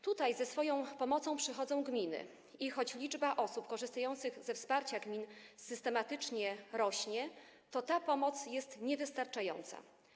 Tutaj ze swoją pomocą przychodzą gminy i choć liczba osób korzystających ze wsparcia gmin systematycznie rośnie, to ta pomoc jest niewystarczająca.